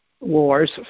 wars